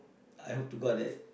I hope to god that